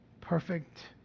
perfect